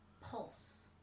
pulse